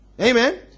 Amen